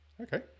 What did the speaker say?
Okay